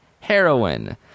heroin